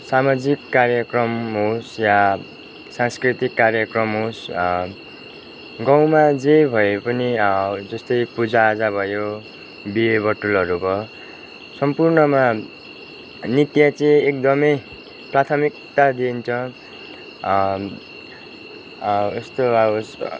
सामाजिक कार्यक्रम होस् या सांस्कृतिक कार्यक्रम होस् गाउँमा जे भए पनि जस्तै पूजाआजा भयो बिहे बटुलहरू भयो सम्पूर्णमा नृत्य चाहिँ एकदमै प्राथमिकता दिइन्छ यस्तो उयेस